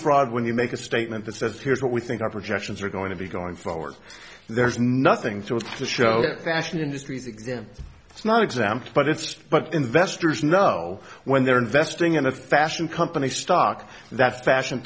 fraud when you make a statement that says here's what we think our projections are going to be going forward there's nothing to show that fashion industry it's not exempt but it's but investors know when they're investing in a fashion company stock that fashion